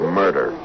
murder